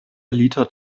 liter